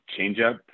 changeup